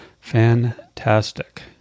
Fantastic